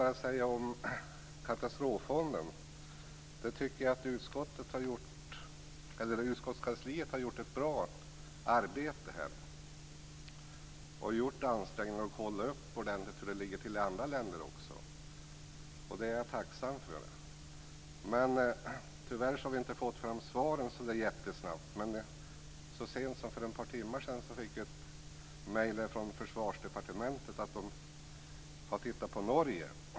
Beträffande katastroffonden tycker jag att utskottskansliet har gjort ett bra arbete. Man har ansträngt sig för att kolla upp läget också i andra länder, och jag är tacksam för det. Tyvärr har svaren inte kommit fram så snabbt, men vi fick så sent som för ett par timmar sedan ett mejl från Försvarsdepartementet om förhållandena i Norge.